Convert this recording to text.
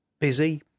busy